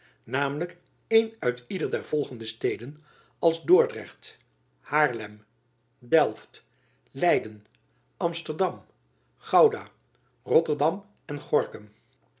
namelijk een uit ieder der volgende steden als dordrecht haarlem delft leyden amsterdam gouda rotterdam en gorkum